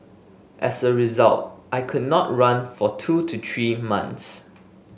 as a result I could not run for two to three months